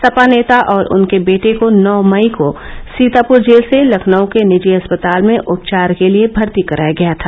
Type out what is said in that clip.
सपा नेता और उनके बेटे को नौ मई को सीतापूर जेल से लखनऊ के निजी अस्पताल में उपचार के लिये भर्ती कराया गया था